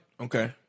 Okay